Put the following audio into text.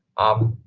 um,